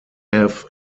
have